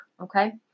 okay